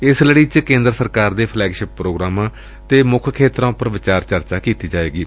ਏਸ ਲੜੀ ਵਿਚ ਕੇਦਰ ਸਰਕਾਰ ਦੇ ਫਲੈਗਸ਼ਿਪ ਪ੍ਰੋਗਰਾਮਾ ਅਤੇ ਮੁੱਖ ਖੇਤਰਾ ਉਪਰ ਵਿਚਾਰ ਚਰਚਾ ਕੀਤੀ ਜਾਏਗੀ